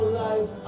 life